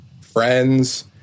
friends